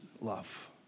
love